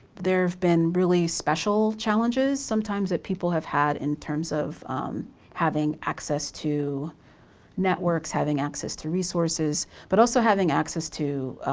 there have been really special challenges sometimes that people have had in terms of having access to networks, having access to resources, but also having access to